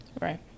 Right